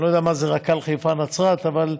אני לא יודע מה זה רק"ל חיפה נצרת, אבל,